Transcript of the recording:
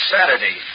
Saturday